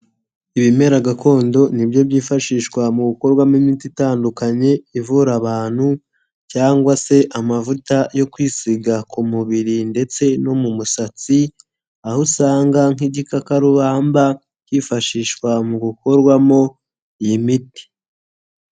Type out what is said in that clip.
Ibimera gakondo ni byo byifashishwa mu gukorwamo imiti itandukanye ivura abantu, cyangwa se amavuta yo kwisiga ku mubiri ndetse no mu musatsi, aho usanga nk'igikakarubamba kifashishwa mu gukorwamo iyi miti.